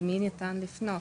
למי ניתן לפנות,